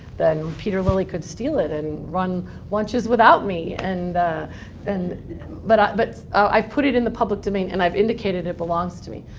then peter lilly could steal it and run lunches without me. and and but but i've put it in the public domain, and i've indicated it belongs to me.